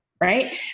right